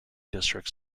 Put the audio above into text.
districts